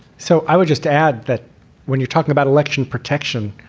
so i would just add that when you're talking about election protection,